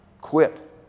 quit